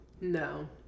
No